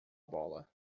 bola